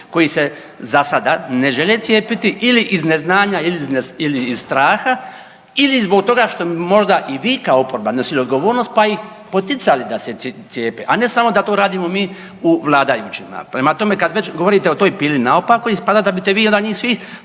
koji se za sada ne žele cijepiti ili iz neznanja ili iz straha ili zbog toga što možda i vi kao oporba nosili odgovornost pa ih poticali da ih cijepe, a ne da to samo radimo mi u vladajućima. Prema tome, kad već govorite o toj pili naopako ispada da bi te vi onda njih svih